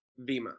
Vima